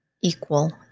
equal